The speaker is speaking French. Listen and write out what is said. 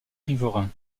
riverains